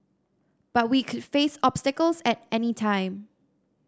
but we could face obstacles at any time